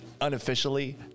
unofficially